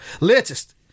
Latest